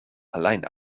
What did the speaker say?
allein